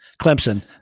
Clemson